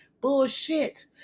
bullshit